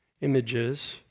images